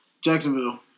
Jacksonville